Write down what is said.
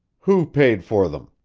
who paid for them?